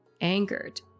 Angered